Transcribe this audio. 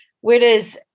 Whereas